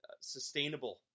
sustainable